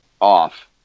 off